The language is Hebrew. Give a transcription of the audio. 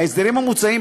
ההסדרים המוצעים,